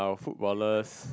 footballers